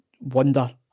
wonder